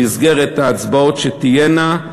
במסגרת ההצבעות שתהיינה,